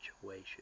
situation